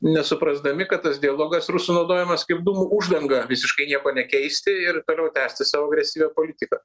nesuprasdami kad tas dialogas rusų naudojamas kaip dūmų uždanga visiškai nieko nekeisti ir toliau tęsti savo agresyvią politiką